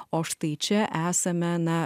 o štai čia esame na